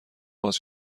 باز